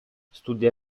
studia